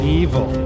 evil